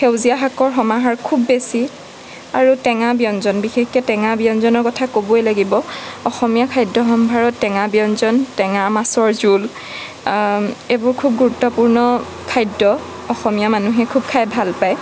সেউজীয়া শাকৰ সমাহাৰ খুব বেছি আৰু টেঙা ব্যঞ্জন বিশেষকৈ টেঙা ব্যঞ্জনৰ কথা ক'বই লাগিব অসমীয়া খাদ্য সম্ভাৰত টেঙা ব্যঞ্জন টেঙা মাছৰ জোল এইবোৰ খুব গুৰুত্ৱপূৰ্ণ খাদ্য অসমীয়া মানুহে খুব খাই ভাল পায়